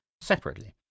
separately